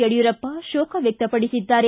ಯಡ್ಕೂರಪ್ಪ ಕೋಕ ವ್ವಕ್ತಪಡಿಸಿದ್ದಾರೆ